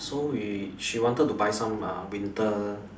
so we she wanted to buy some uh winter